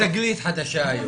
להסעות.